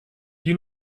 you